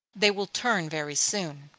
they will turn very soon.